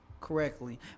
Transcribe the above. correctly